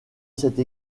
cette